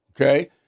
okay